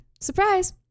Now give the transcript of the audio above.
surprise